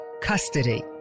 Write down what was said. custody